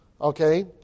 okay